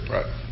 Right